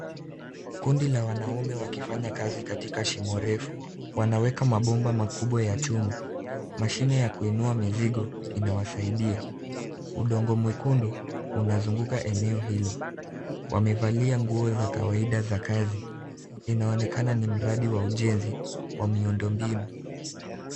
Kundi la wanaume wakifanya kazi katika shimo refu. Wanaweka mabomba makubwa ya chuma. Mashine ya kuinua mizigo inawasaidia. Udongo mwekundu unazunguka eneo hilo. Wamevalia nguo za kawaida za kazi. Inaonekana ni mradi wa ujenzi wa miundo mbinu.